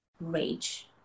rage